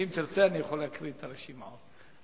ואם תרצה אני יכול להקריא את הרשימה עוד פעם.